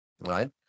right